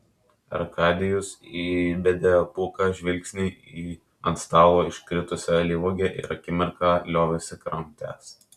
arkadijus įbedė buką žvilgsnį į ant stalo iškritusią alyvuogę ir akimirką liovėsi kramtęs